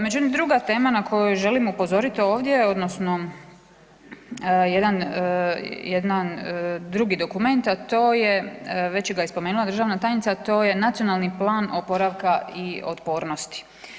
Međutim, druga tema na koju želim upozorit ovdje odnosno jedan drugi dokument već ga je i spomenula državna tajnica, a to je nacionalni plan oporavka i otpornosti.